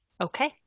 Okay